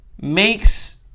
Makes